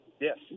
Yes